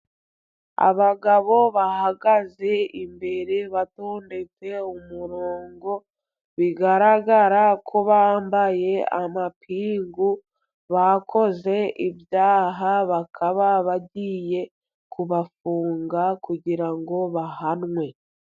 Abagabo bahagaze imbere batondetse umurongo, bigaragara ko bambaye amapingu, bakoze ibyaha bakaba bagiye kubafunga, kugira ngo ngo bahanwe.